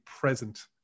present